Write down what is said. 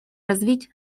развить